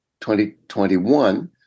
2021